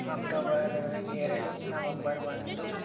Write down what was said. October ಎರಡು November ಒಂದು